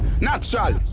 Natural